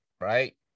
right